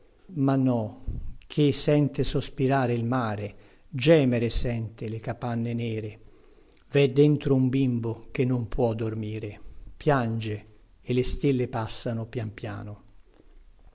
ma no ché sente sospirare il mare gemere sente le capanne nere vè dentro un bimbo che non può dormire piange e le stelle passano pian piano